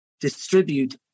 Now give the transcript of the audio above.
distribute